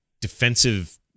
defensive